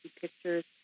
pictures